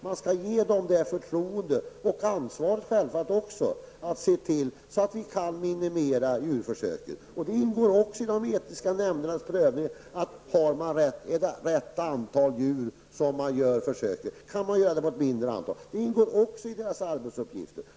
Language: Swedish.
Man skall ge dem ett förtroende och också ett ansvar, så att vi kan minimera antalet djurförsök, och det ingår också i de etiska nämndernas prövning att undersöka om det rör sig om rätt antal djur för försöken eller om försöken kan göras med ett mindre antal. Att avgöra sådant ingår alltså i deras arbetsuppgifter.